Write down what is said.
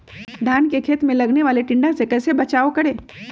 धान के खेत मे लगने वाले टिड्डा से कैसे बचाओ करें?